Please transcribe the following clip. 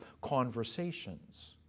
conversations